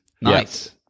Nice